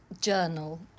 journal